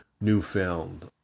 newfound